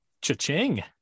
Cha-ching